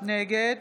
נגד